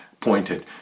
pointed